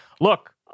look